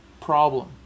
problem